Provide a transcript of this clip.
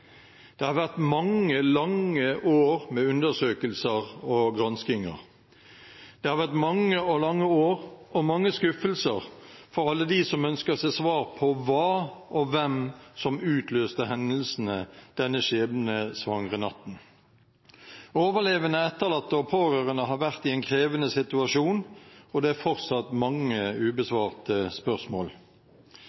Det har vært mange, lange år med undersøkelser og granskinger. Det har vært mange og lange år og mange skuffelser for alle dem som ønsker seg svar på hva og hvem som utløste hendelsene denne skjebnesvangre natten. Overlevende, etterlatte og pårørende har vært i en krevende situasjon, og det er fortsatt mange